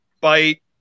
bite